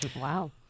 Wow